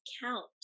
count